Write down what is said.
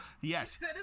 Yes